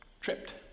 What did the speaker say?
tripped